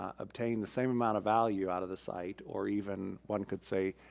ah obtain the same amount of value out of the site or even, one could say,